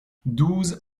douze